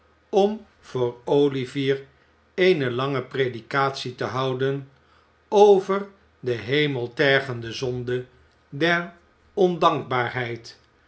om voor olivier eene lange predikatie te houden over de hemeltergende zonde der ondankbaarheid